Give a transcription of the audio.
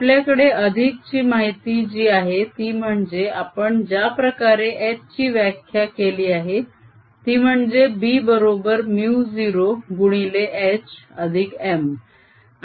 आपल्याकडे अधिकाची माहिती जी आहे ती म्हणजे आपण ज्याप्रकारे H ची व्याख्या केली आहे ती म्हणजे B बरोबर μ0 गुणिले H अधिक M